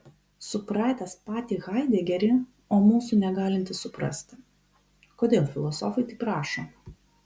supratęs patį haidegerį o mūsų negalintis suprasti kodėl filosofai taip rašo